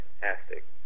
fantastic